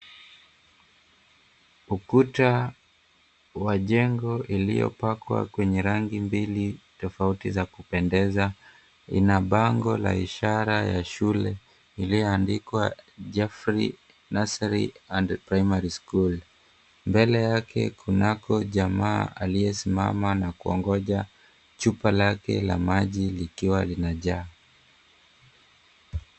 Ukuta wa jengo iliyo pakwa kwa rangi mbili za kupendeza inabango la ishara ya shule iliyo andikwa, Jaffery nursery and primary school mbele yake kunako jamaa aliyesimama na kuongoja chupa lake la maji likiwa lina jaa.